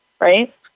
right